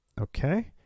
Okay